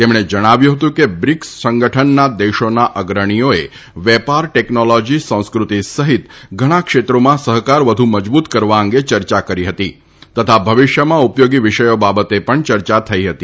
તેમણે જણાવ્યું હતું કે બ્રિકસ સંગઠનના દેશોના અગ્રણીઓએ વેપાર ટેકનોલોજી સંસ્કૃતિ સહિત ઘણા ક્ષેત્રોમાં સહકાર વધુ મજબુત કરવા અંગે યર્યા કરી હતી તથા ભવિષ્યમાં ઉપયોગી વિષયો બાબતે પણ ચર્ચા થઇ હતી